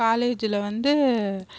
காலேஜில் வந்து